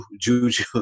Juju